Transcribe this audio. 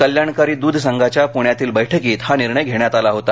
कल्याणकारी दूध संघांच्या पुण्यातील बैठकीत हा निर्णय घेण्यात आला होता